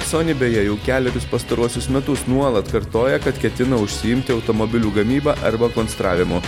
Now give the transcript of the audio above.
sony beje jau kelerius pastaruosius metus nuolat kartoja kad ketina užsiimti automobilių gamyba arba konstravimu